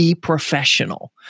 professional